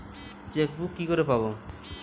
Chequebook কি করে পাবো?